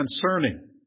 concerning